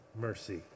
mercy